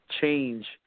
change